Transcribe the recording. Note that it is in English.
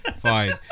fine